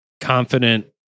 confident